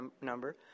number